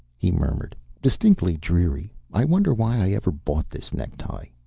he murmured. distinctly dreary. i wonder why i ever bought this necktie?